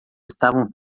estavam